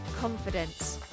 confidence